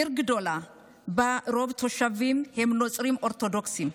עיר גדולה שבה רוב התושבים הם נוצרים אורתודוקסים.